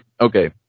Okay